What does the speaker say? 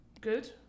good